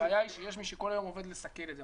הבעיה היא שיש מי שכל היום עובד בלסכל את זה.